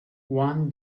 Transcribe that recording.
one